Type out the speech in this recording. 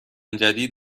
جدید